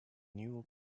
new